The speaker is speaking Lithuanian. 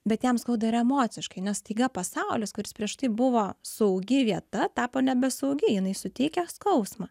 bet jam skauda ir emociškai nes staiga pasaulis kuris prieš tai buvo saugi vieta tapo nebesaugi jinai suteikia skausmą